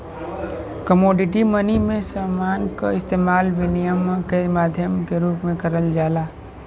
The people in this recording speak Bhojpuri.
कमोडिटी मनी में समान क इस्तेमाल विनिमय के माध्यम के रूप में करल जाला